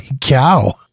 cow